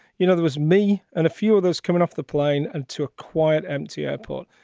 you know, there was me and a few of those coming off the plane and to a quiet, empty airport.